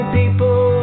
people